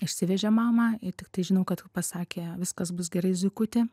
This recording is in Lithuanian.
išsivežė mamą tiktai žinau kad pasakė viskas bus gerai zuikuti